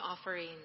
offerings